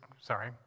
sorry